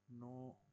no